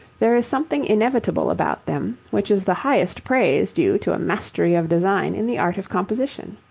there is something inevitable about them, which is the highest praise due to a mastery of design in the art of composition.